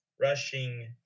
rushing